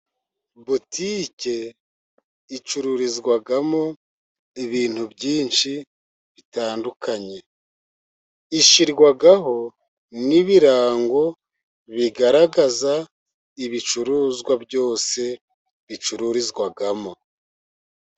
Botike icururizwamo ibintu byinshi bitandukanye, ishyirwaho n'ibirango bigaragaza ibicuruzwa byose bicururizwamo.